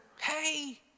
hey